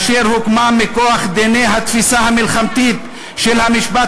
אשר הוקמה מכוח דיני התפיסה המלחמתית של המשפט